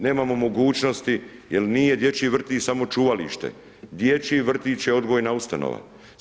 Nemamo mogućnosti jer nije dječji vrtić samo čuvalište, dječji vrtić je odgojna ustanova.